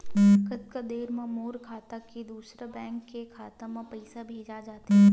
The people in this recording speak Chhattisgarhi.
कतका देर मा मोर खाता से दूसरा बैंक के खाता मा पईसा भेजा जाथे?